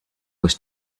was